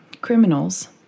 criminals